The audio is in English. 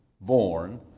born